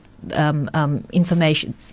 Information